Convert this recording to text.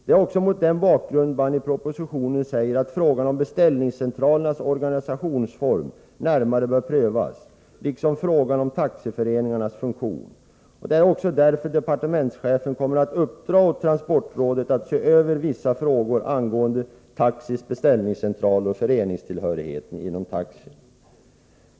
Det är också mot den bakgrunden som man i propositionen säger att frågan om beställningscentra lernas organisationsform närmare bör prövas, liksom frågan om taxiföreningarnas funktion. Därför kommer departementschefen att uppdra åt transportrådet att se över vissa frågor angående taxis beställningscentraler och föreningstillhörigheten inom taxi.